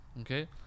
okay